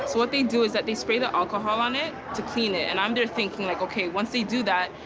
so what they do is that they spray the alcohol on it to clean it and i'm there thinking, like, okay, once they do that,